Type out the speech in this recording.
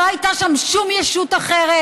לא הייתה שם שום ישות אחרת,